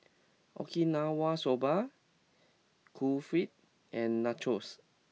Okinawa Soba Kulfi and Nachos